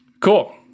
Cool